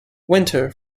winter